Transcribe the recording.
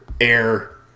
air